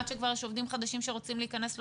עד שכבר יש עובדים חדשים שרוצים להיכנס למערכת,